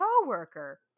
coworker